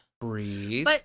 Breathe